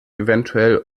eventuell